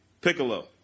Piccolo